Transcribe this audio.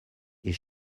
est